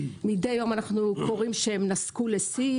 מדי יום אנחנו קוראים שהם נסקו לשיא,